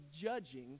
judging